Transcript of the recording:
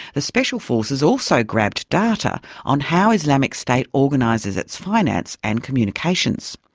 the special forces also grabbed data on how islamic state organises its finance and communications.